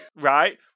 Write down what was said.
Right